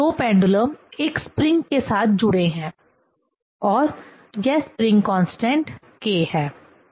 अब यह दो पेंडुलम एक स्प्रिंग के साथ जुड़े हैं और यह स्प्रिंग कांस्टेंट k है